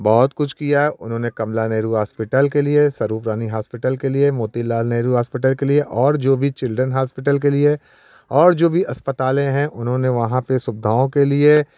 बहुत कुछ किया उन्होंने कमला नेहरू हॉस्पिटल के लिए सर्वग्रामी हॉस्पिटल के लिए मोतीलाल नेहरू हॉस्पिटल के लिए और जो भी चिल्ड्रन हॉस्पिटल के लिए और जो भी अस्पतालें हैं उन्होंने वहाँ की सुविधाओं के लिए